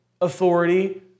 authority